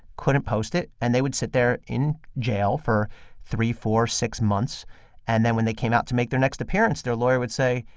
couldn't post it, and they would sit there in jail for three, four, six months and then when they came out to make their next appearance, their lawyer would say,